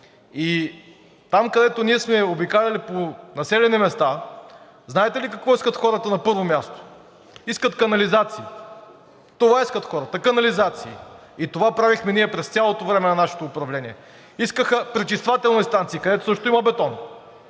и там, където ние сме обикаляли по населени места, знаете ли какво искат хората на първо място? Искат канализации – това искат хората, и това правехме ние през цялото време на нашето управление. Искаха пречиствателни станции, където също има бетон